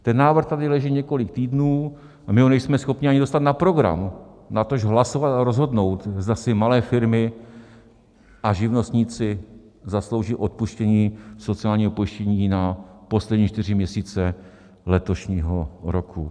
Ten návrh tady leží několik týdnů a my ho nejsme schopni ani dostat na program, natož hlasovat a rozhodnout, zda si malé firmy a živnostníci zaslouží odpuštění sociálního pojištění na poslední čtyři měsíce letošního roku.